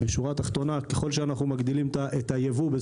ככל שאנחנו מגדילים את היבוא,